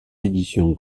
éditions